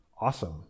awesome